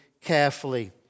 carefully